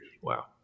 Wow